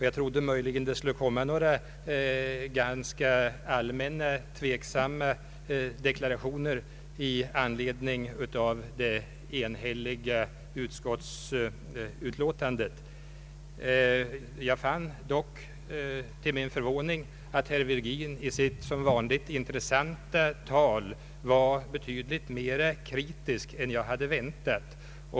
Jag trodde att det skulle göras några allmänna och något kritiska deklarationer i anledning av det enhälliga utskottsutlåtandet. Till min förvåning fann jag dock, att herr Virgin i sitt som vanligt intressanta anförande var betydligt mer kritisk än jag hade väntat.